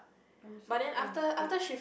I'm also twenty eight